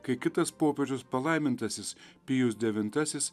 kai kitas popiežius palaimintasis pijus devintasis